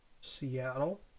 Seattle